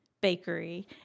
Bakery